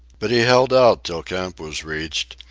but he held out till camp was reached,